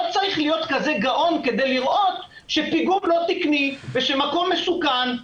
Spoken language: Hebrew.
לא צריך להיות גאון כדי לראות שפיגום לא תקני ומקום מסוכן.